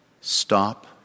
Stop